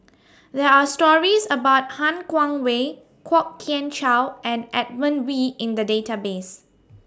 There Are stories about Han Guangwei Kwok Kian Chow and Edmund Wee in The Database